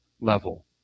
level